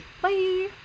Bye